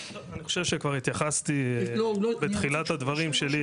אני חושב שכבר התייחסתי בתחילת הדברים שלי,